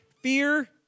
Fear